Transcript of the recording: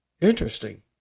interesting